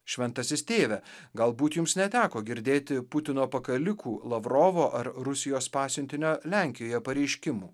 šventasis tėve galbūt jums neteko girdėti putino pakalikų lavrovo ar rusijos pasiuntinio lenkijoje pareiškimų